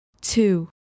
two